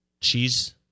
cheese